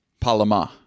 Palama